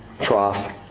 trough